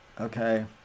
Okay